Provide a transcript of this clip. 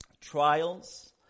trials